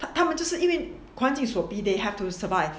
but 他们就是环境所逼的 they have to survive